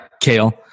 Kale